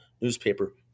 newspaper